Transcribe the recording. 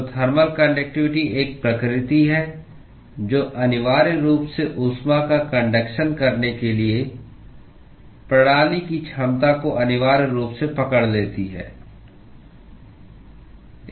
तो thermal conductivity एक प्रकृति है जो अनिवार्य रूप से ऊष्मा का कन्डक्शन करने के लिए प्रणाली की क्षमता को अनिवार्य रूप से पकड़ लेती है